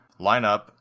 lineup